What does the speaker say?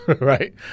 Right